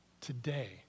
today